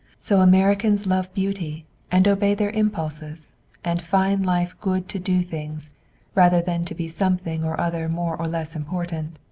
so americans love beauty and obey their impulses and find life good to do things rather than to be something or other more or less important.